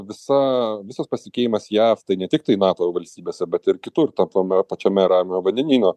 visa visas pasitikėjimas jav tai ne tiktai nato valstybėse bet ir kitur topame pačiame ramiojo vandenyno